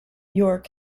york